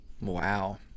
Wow